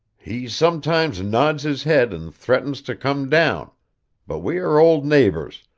he sometimes nods his head and threatens to come down but we are old neighbors,